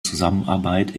zusammenarbeit